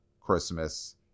Christmas